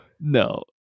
No